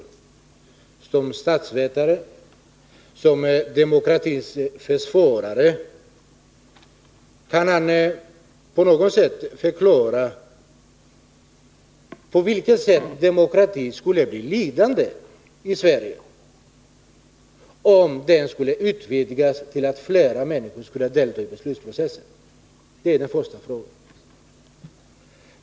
Kan han som statsvetare, som demokratins försvarare, förklara på vilket sätt demokratin skulle bli lidande i Sverige, om den skulle utvidgas så att flera människor skulle delta vid beslutsprocessen?